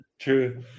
true